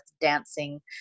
dancing